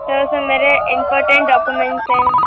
sir उस में मेरे इम्पोरटैंट डॉक्यूमेंट्स हैं